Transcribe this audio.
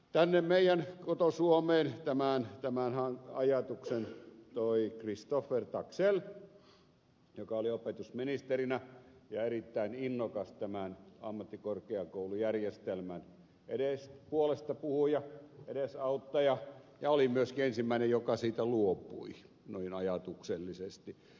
tänne meidän koto suomeen tämän ajatuksen toi christoffer taxell joka oli opetusministerinä ja erittäin innokas tämän ammattikorkeakoulujärjestelmän puolestapuhuja edesauttaja ja oli myöskin ensimmäinen joka siitä luopui noin ajatuksellisesti